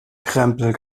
krempel